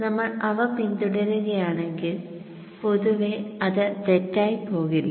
നമ്മൾ അവ പിന്തുടരുകയാണെങ്കിൽ പൊതുവെ അത് തെറ്റായി പോകില്ല